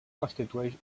constitueix